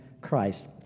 Christ